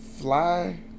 fly